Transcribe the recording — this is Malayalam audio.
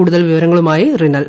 കൂടുതൽ വിവരങ്ങളുമായി റിനൽ